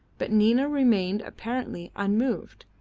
but nina remained apparently unmoved,